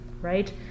Right